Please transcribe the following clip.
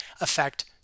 affect